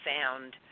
found